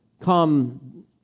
come